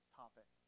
topic